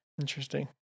Interesting